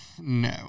No